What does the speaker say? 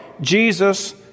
Jesus